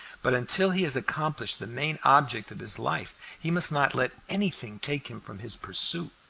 but until he has accomplished the main object of his life he must not let anything take him from his pursuit.